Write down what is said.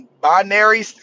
binary